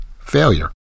failure